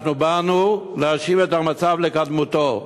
באנו להשיב את המצב לקדמותו.